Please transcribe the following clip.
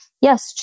yes